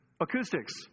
acoustics